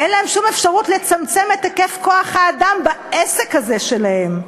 אין להם שום אפשרות לצמצם את היקף כוח-האדם בעסק הזה שלהם.